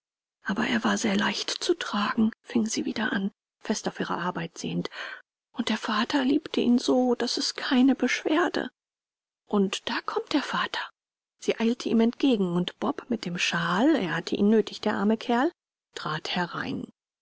aber er war sehr leicht zu tragen fing sie wieder an fest auf ihre arbeit sehend und der vater liebte ihn so daß es keine beschwerde und da kommt der vater sie eilte ihm entgegen und bob mit dem shawl er hatte ihn nötig der arme kerl trat herein